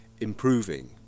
improving